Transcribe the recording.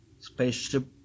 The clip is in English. spaceship